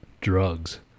drugs